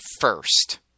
First